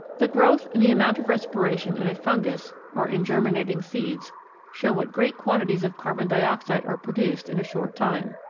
the growth and the amount of respiration in a fungus or in germinating seeds show what great quantities of carbon dioxide are produced in a short time,